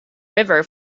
river